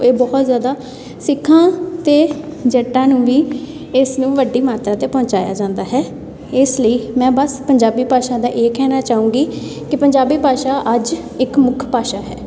ਇਹ ਬਹੁਤ ਜ਼ਿਆਦਾ ਸਿੱਖਾਂ ਅਤੇ ਜੱਟਾਂ ਨੂੰ ਵੀ ਇਸ ਨੂੰ ਵੱਡੀ ਮਾਤਰਾ 'ਤੇ ਪਹੁੰਚਾਇਆ ਜਾਂਦਾ ਹੈ ਇਸ ਲਈ ਮੈਂ ਬਸ ਪੰਜਾਬੀ ਭਾਸ਼ਾ ਦਾ ਇਹ ਕਹਿਣਾ ਚਾਹੂੰਗੀ ਕਿ ਪੰਜਾਬੀ ਭਾਸ਼ਾ ਅੱਜ ਇੱਕ ਮੁੱਖ ਭਾਸ਼ਾ ਹੈ